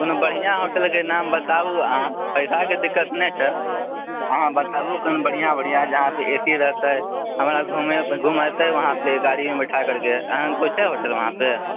कोनो बढ़िआँ होटलके नाम बताबु अहाँ पैसाके दिक्कत नहि छै अहाँ बताबु कनि बढ़िआँ ए सी रहतै हमरा घुमेतै वहाँपर गाड़ीमे बैठा करके एहन कोई छै होटल वहाँपर